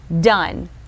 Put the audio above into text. done